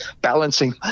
balancing